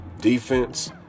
Defense